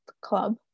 Club